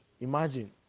imagine